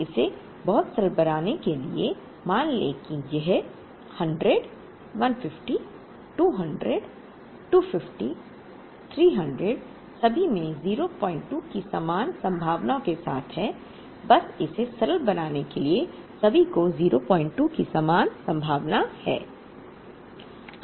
इसे बहुत सरल बनाने के लिए मान लें कि यह 100 150 200 250 300 सभी में 02 की समान संभावनाओं के साथ है बस इसे सरल बनाने के लिए सभी को 02 की समान संभावना है